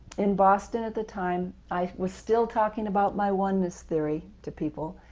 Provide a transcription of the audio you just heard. in boston at the time, i was still talking about my oneness theory to people,